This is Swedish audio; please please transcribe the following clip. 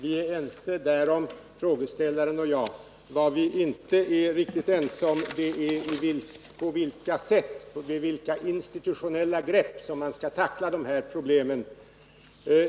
Frågeställaren och jag är ense därom, men vad vi inte är riktigt ense om är på vilka sätt och med vilka institutionella grepp man skall tackla dessa problem.